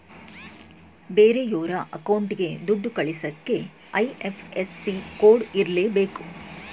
ಬೇರೆಯೋರ ಅಕೌಂಟ್ಗೆ ದುಡ್ಡ ಕಳಿಸಕ್ಕೆ ಐ.ಎಫ್.ಎಸ್.ಸಿ ಕೋಡ್ ಇರರ್ಲೇಬೇಕು